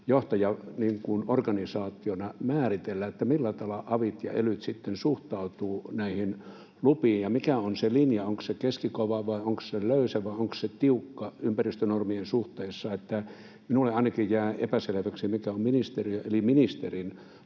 johtajaorganisaationa määritellä, millä tavalla avit ja elyt sitten suhtautuvat näihin lupiin, ja mikä on se linja. Onko se keskikova vai onko se löysä vai onko se tiukka suhteessa ympäristönormeihin? Minulle ainakin jää epäselväksi, mikä on ministeriön eli ministerin